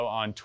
on